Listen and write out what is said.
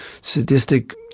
sadistic